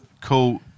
cool